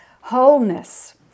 wholeness